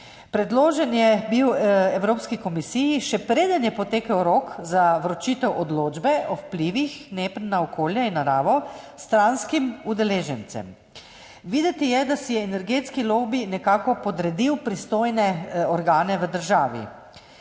Predložen je bil Evropski komisiji, še preden je potekel rok za vročitev odločbe o vplivih NEPN na okolje in naravo stranskim udeležencem. Videti je, da si je energetski lobi nekako podredil pristojne organe v državi.